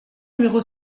numéro